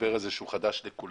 והמשבר הזה שהוא חדש לכולנו,